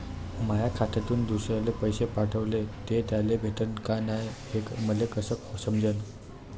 माया खात्यातून दुसऱ्याले पैसे पाठवले, ते त्याले भेटले का नाय हे मले कस समजन?